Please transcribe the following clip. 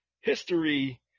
history